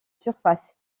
surface